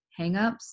hangups